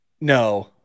no